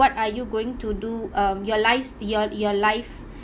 what are you going to do um your lives your your life